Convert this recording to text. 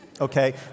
okay